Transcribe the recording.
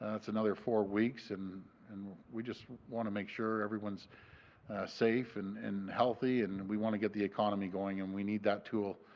that's another four weeks. and and we just want to make sure that everyone is safe and and healthy and we want to get the economy going and we need that tool